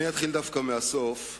אני אתחיל דווקא מהסוף,